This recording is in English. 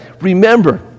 remember